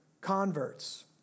converts